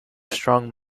strong